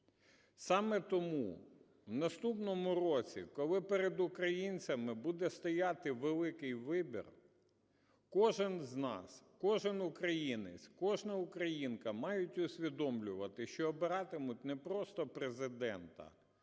Саме тому в наступному році, коли перед українцями буде стояти великий вибір, кожен з нас, кожен українець, кожна українка мають усвідомлювати, що обиратимуть не просто Президента,